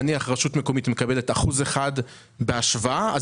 נניח שרשות מקומית מקבלת 1% בהשוואה אז